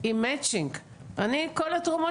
קנס בסך של שבעים מיליון שקל לשנה בגלל שיש לו מרכז-על,